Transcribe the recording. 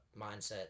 mindset